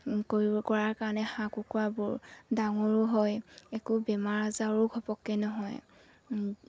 কৰিব কৰাৰ কাৰণে হাঁহ কুকুৰাবোৰ ডাঙৰো হয় একো বেমাৰ আজাৰো ঘপককৈ নহয়